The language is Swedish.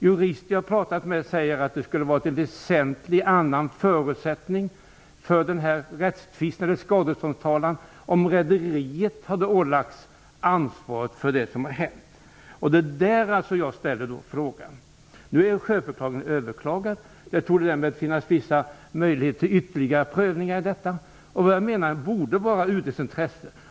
Jurister som jag har pratat med säger att det skulle varit en helt annan förutsättning för skadeståndstalan om rederiet hade ålagts ansvaret för det som hänt. Det är utifrån detta som jag ställde frågan. Nu är sjöförklaringen överklagad. Därmed torde det finnas vissa möjligheter till ytterligare prövningar i detta ärende. Jag menar att det borde vara i UD:s intresse.